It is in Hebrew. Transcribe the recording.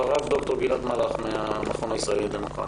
אחריו ד"ר גלעד מלאך מן המכון הישראלי לדמוקרטיה.